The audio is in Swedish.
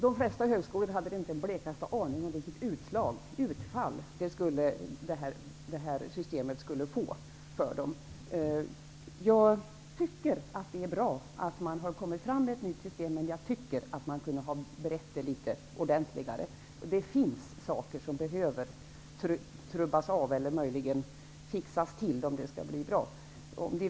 De flesta högskolor hade inte den blekaste aning om vilket utfall detta system skulle få för dem. Jag tycker att det är bra att man har kommit fram till ett nytt system, men man kunde ha berett det litet ordentligare. Det finns saker som behöver slipas av eller möjligen fixas till om de skall bli bra.